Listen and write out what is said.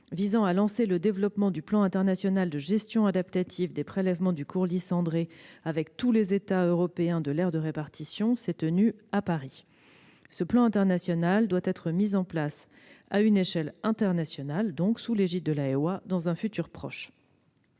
visant à lancer le développement du plan international de gestion adaptative des prélèvements du courlis cendré avec tous les États européens de l'aire de répartition s'est réuni à Paris. Ce plan international doit être mis en place sous l'égide de l'AEWA dans un futur proche.